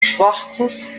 schwarzes